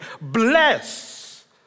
bless